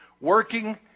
Working